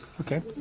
Okay